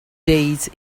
days